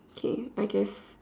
okay I guess